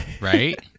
right